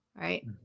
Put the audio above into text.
right